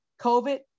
COVID